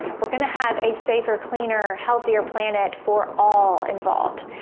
we're gonna have a safer cleaner healthier planet for all involved.